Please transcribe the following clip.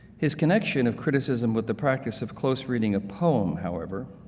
his connection of criticism with the practice of close reading a poem, however,